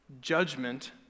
judgment